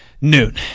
noon